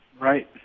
Right